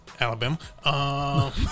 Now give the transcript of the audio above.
Alabama